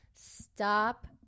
stop